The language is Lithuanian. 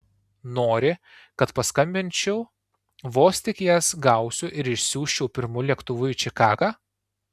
nori kad paskambinčiau vos tik jas gausiu ir išsiųsčiau pirmu lėktuvu į čikagą